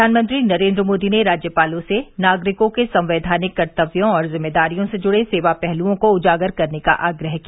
प्रधानमंत्री नरेन्द्र मोदी ने राज्यपालों से नागरिकों के संवैधानिक कर्तव्यों और जिम्मेदारियों से जुड़े सेवा पहलुओं को उजागर करने का आग्रह किया